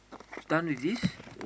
done with this